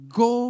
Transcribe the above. go